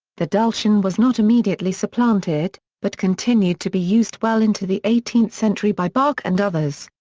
the dulcian was not immediately supplanted, but continued to be used well into the eighteenth century by bach and others.